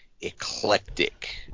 eclectic